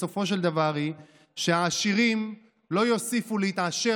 בסופו של דבר היא שהעשירים לא יוסיפו להתעשר